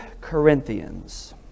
Corinthians